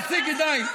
תפסיקי, די.